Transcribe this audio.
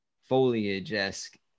foliage-esque